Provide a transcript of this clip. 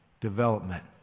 development